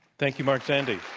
thank you mark zandi.